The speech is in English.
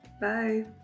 Bye